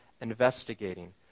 investigating